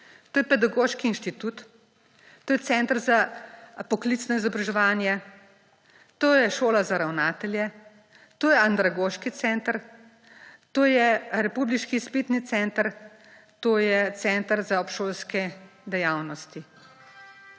to je Pedagoški inštitut, to je Center za poklicno izobraževanje, to je Šola za ravnatelje, to je Andragoški center, to je Republiški izpitni center, to je Center za obšolske dejavnosti.